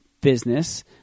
business